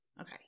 okay